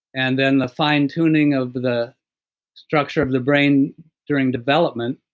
and then the fine tuning of the structure of the brain during development.